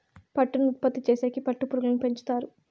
పట్టును ఉత్పత్తి చేసేకి పట్టు పురుగులను పెంచుతారు